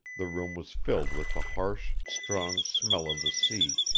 the room was filled with the harsh, strong smell of the sea.